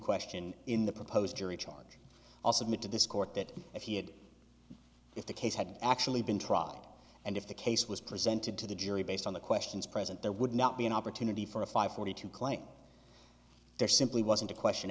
question in the proposed jury charge also admit to this court that if he had if the case had actually been tried and if the case was presented to the jury based on the questions present there would not be an opportunity for a five hundred to claim there simply wasn't a question